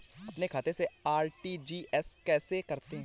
अपने खाते से आर.टी.जी.एस कैसे करते हैं?